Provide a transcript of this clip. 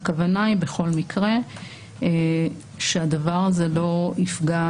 בכל מקרה, הכוונה היא שהדבר הזה לא יפגע